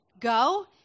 go